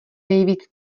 nejvíc